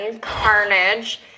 carnage